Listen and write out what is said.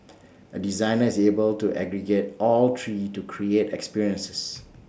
A designer is able to aggregate all three to create experiences